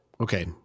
Okay